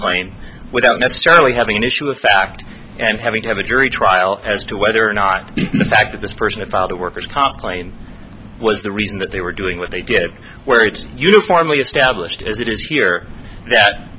claim without necessarily having an issue with fact and having to have a jury trial as to whether or not the fact that this person filed a worker's comp claim was the reason that they were doing what they did where it's uniformly established as it is here that